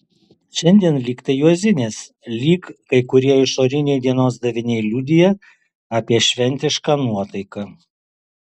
šiandien lyg tai juozinės lyg kai kurie išoriniai dienos daviniai liudija apie šventišką nuotaiką